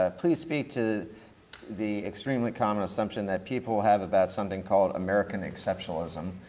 ah please speak to the extremely common assumption that people have about something called american exceptionalism,